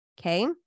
Okay